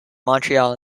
montreal